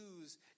lose